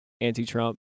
anti-Trump